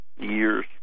years